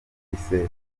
yise